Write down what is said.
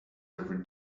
every